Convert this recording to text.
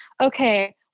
okay